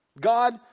God